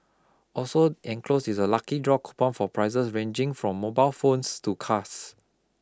also enclosed is a lucky draw coupon for prizes ranging from mobile phones to cars